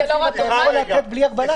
5,000 אתה יכול לתת בלי הגבלה.